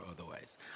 otherwise